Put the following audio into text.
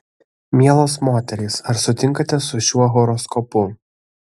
mielos moterys ar sutinkate su šiuo horoskopu